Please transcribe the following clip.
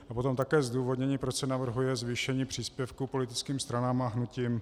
A potom také zdůvodnění, proč se navrhuje zvýšení příspěvku politickým stranám a hnutím.